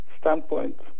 standpoint